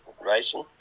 racing